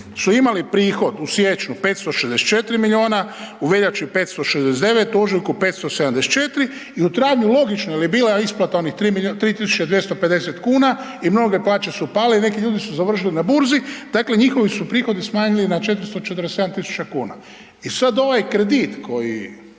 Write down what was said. su imali prihod u siječnju 564 milijuna, u veljači 569, u ožujku 574 i u travnju, logično, jer je bila isplata onih 3 250 kuna i mnoge plaće su pale i neki ljudi su završili na Burzi, dakle njihovi su prihodi smanjili na 447 tisuća kuna. I sad ovaj kredit koji